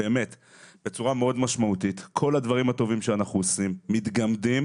כל הדברים הטובים שאנחנו עושים מתגמדים